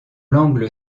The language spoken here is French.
l’angle